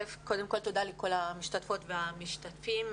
קודם כול, תודה לכל המשתתפות והמשתתפים.